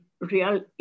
real